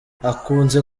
akunze